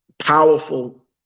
powerful